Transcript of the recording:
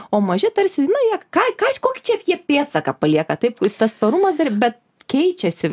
o maži tarsi na jie ką ką kokį čia jie pėdsaką palieka taip tas tvarumas ir bet keičiasi